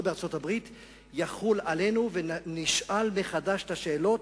בארצות-הברית יחול עלינו ונשאל מחדש את השאלות: